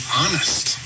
honest